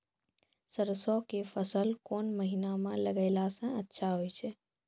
सरसों के फसल कोन महिना म लगैला सऽ अच्छा होय छै?